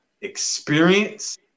experience